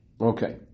Okay